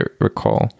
recall